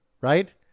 right